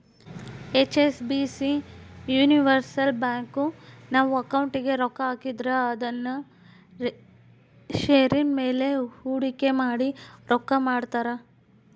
HSBC universal bank, ನಾವು ಅಕೌಂಟಿಗೆ ರೊಕ್ಕ ಹಾಕಿದ್ರ ಅದುನ್ನ ಷೇರಿನ ಮೇಲೆ ಹೂಡಿಕೆ ಮಾಡಿ ರೊಕ್ಕ ಮಾಡ್ತಾರ